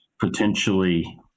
potentially